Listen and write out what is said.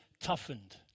toughened